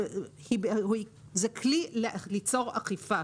זה כלי ליצור אכיפה.